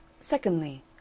Secondly